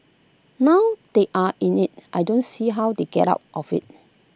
now they are in IT I don't see how they get out of IT